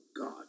God